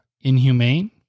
inhumane